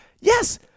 yes